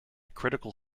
critical